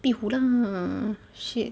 壁虎 lah shit